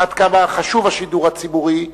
עד כמה חשוב השידור הציבורי.